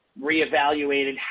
reevaluated